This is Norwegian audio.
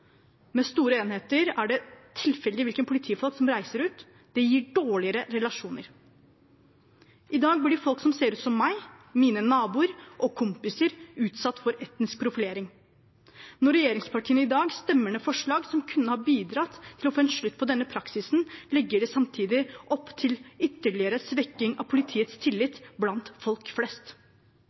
Med store enheter er det tilfeldig hvilke politifolk som reiser ut, og det gir dårligere relasjoner. I dag blir folk som ser ut som meg, mine naboer og kompiser, utsatt for etnisk profilering. Når regjeringspartiene i dag stemmer ned forslag som kunne ha bidratt til å få en slutt på denne praksisen, legger de samtidig opp til ytterligere svekking av politiets tillit blant folk flest.